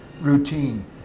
routine